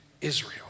Israel